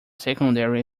secondary